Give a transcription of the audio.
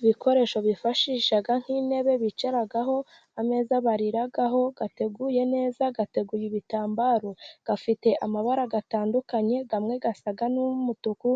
Ibikoresho bifashisha nk'intebe bicaraho, ameza bariraho, ateguye neza, ateguye ibitambaro, afite amabara atandukanye, amwe asa n'umutuku